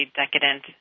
decadent